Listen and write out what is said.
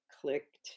clicked